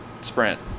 sprint